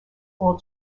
all